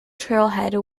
trailhead